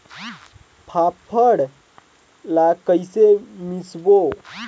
फाफण ला कइसे मिसबो?